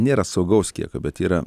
nėra saugaus kiekio bet yra